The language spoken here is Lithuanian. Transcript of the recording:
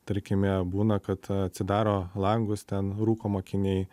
tarkime būna kad atsidaro langus ten rūko mokiniai